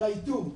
של האיתור.